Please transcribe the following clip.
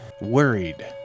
worried